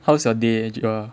how's your day Joel